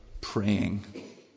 praying